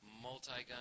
multi-gun